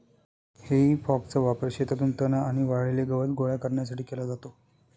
हेई फॉकचा वापर शेतातून तण आणि वाळलेले गवत गोळा करण्यासाठी केला जातो